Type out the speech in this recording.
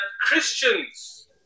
Christians